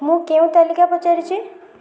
ମୁଁ କେଉଁ ତାଲିକା ପଚାରିଛି